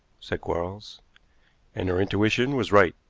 said quarles and her intuition was right.